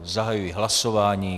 Zahajuji hlasování.